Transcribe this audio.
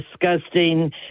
disgusting